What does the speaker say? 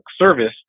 service